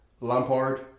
lampard